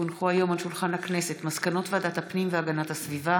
כי הונחו היום על שולחן הכנסת מסקנות ועדת הפנים והגנת הסביבה